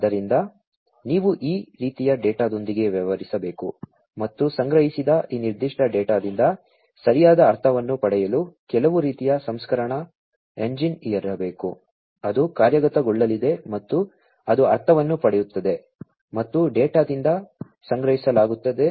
ಆದ್ದರಿಂದ ನೀವು ಈ ರೀತಿಯ ಡೇಟಾದೊಂದಿಗೆ ವ್ಯವಹರಿಸಬೇಕು ಮತ್ತು ಸಂಗ್ರಹಿಸಿದ ಈ ನಿರ್ದಿಷ್ಟ ಡೇಟಾದಿಂದ ಸರಿಯಾದ ಅರ್ಥವನ್ನು ಪಡೆಯಲು ಕೆಲವು ರೀತಿಯ ಸಂಸ್ಕರಣಾ ಎಂಜಿನ್ ಇರಬೇಕು ಅದು ಕಾರ್ಯಗತಗೊಳ್ಳಲಿದೆ ಮತ್ತು ಅದು ಅರ್ಥವನ್ನು ಪಡೆಯುತ್ತದೆ ಮತ್ತು ಡೇಟಾದಿಂದ ಸಂಗ್ರಹಿಸಲಾಗುತ್ತದೆ ಮತ್ತು ಸ್ವೀಕರಿಸಲಾಗುತ್ತದೆ